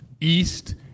East